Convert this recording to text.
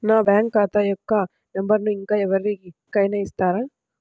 నా బ్యాంక్ ఖాతా బుక్ యొక్క నంబరును ఇంకా ఎవరి కైనా ఇస్తారా?